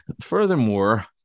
Furthermore